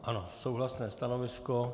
Ano, souhlasné stanovisko.